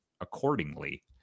accordingly